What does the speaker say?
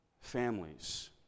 families